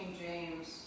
James